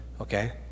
Okay